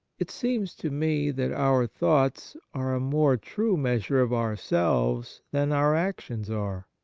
it seems to me that our thoughts are a more true measure of ourselves than our actions are.